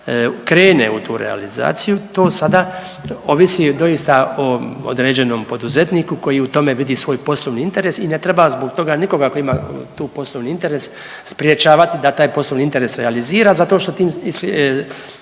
krene u tu realizaciju to sad ovisi doista o određenom poduzetniku koji u tome vidi svoj poslovni interes i ne treba zbog toga nikoga tko ima tu poslovni interes sprječavati da taj poslovni interes realizira zato što tim